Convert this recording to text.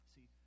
See